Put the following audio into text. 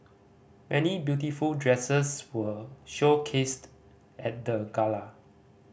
many beautiful dresses were showcased at the gala